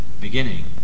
beginning